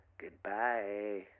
Goodbye